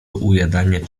ujadanie